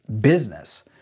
business